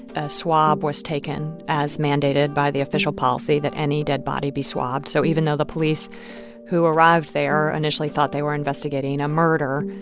swab was taken, as mandated by the official policy that any dead body be swabbed. so even though the police who arrived there initially thought they were investigating a murder,